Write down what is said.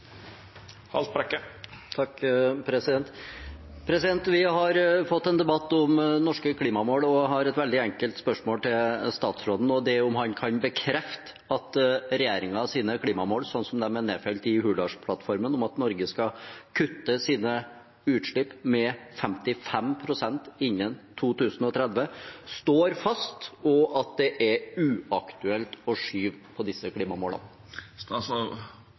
Vi har fått en debatt om norske klimamål, og jeg har et veldig enkelt spørsmål til statsråden. Det er om han kan bekrefte at regjeringens klimamål – sånn som de er nedfelt i Hurdalsplattformen, at Norge skal kutte sine utslipp med 55 pst. innen 2030 – står fast, og at det er uaktuelt å skyve på disse